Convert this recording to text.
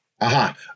Aha